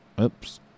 Oops